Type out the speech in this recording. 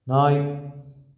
நாய்